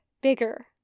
bigger